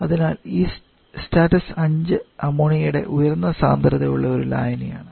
അതിനാൽ ഈ സ്റ്റാറ്റസ് 5 അമോണിയയുടെ ഉയർന്ന സാന്ദ്രത ഉള്ള ഒരു ലായനിയാണ്